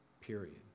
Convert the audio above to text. period